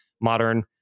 modern